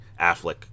Affleck